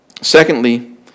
secondly